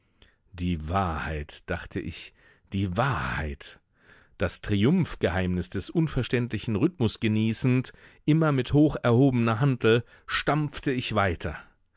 die wahrheit dachte ich die wahrheit das triumphgeheimnis des unverständlichen rhythmus genießend immer mit hocherhobener hantel stampfte ich weiter